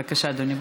בבקשה, אדוני.